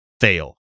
fail